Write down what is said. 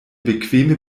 bequeme